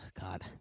God